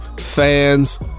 fans